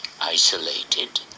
Isolated